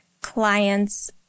clients